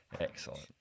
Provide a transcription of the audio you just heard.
Excellent